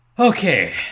Okay